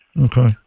Okay